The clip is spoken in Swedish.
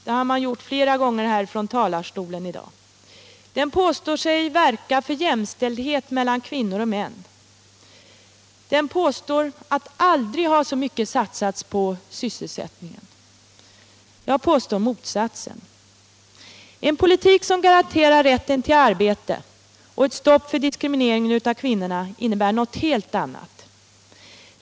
Det har man gjort flera gånger från denna talarstol i dag. Den påstår sig verka för jämställdhet mellan kvinnor och män. Den påstår att det aldrig har satsats så mycket på sysselsättningen. Jag påstår motsatsen. En politik som garanterar rätten till arbete och ett stopp för diskrimineringen av kvinnorna innebär något helt annat.